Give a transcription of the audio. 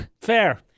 Fair